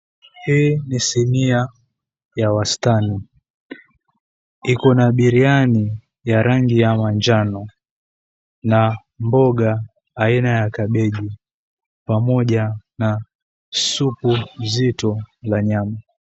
Hii ni sinia ya wastani iko na biryani ya rangi ya manjano na mboga aina ya kabeji pamoja na supu zito la nyama